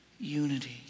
Unity